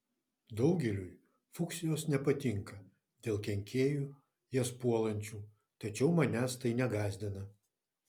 daugeliui fuksijos nepatinka dėl kenkėjų jas puolančių tačiau manęs tai negąsdina